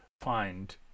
find